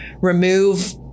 remove